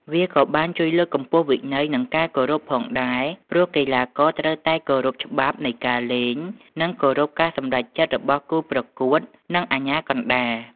វាក៏បានជួយ លើកកម្ពស់វិន័យ និងការគោរព ផងដែរ ព្រោះកីឡាករត្រូវតែគោរពច្បាប់នៃការលេង និងគោរពការសម្រេចចិត្តរបស់គូប្រកួតនិងអាជ្ញាកណ្តាល។